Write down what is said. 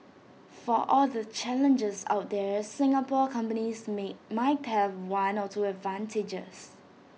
for all the challenges out there Singapore companies may might have one or two advantages